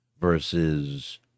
versus